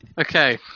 Okay